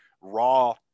raw